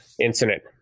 incident